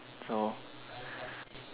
so